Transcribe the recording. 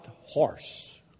horse